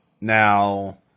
now